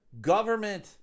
government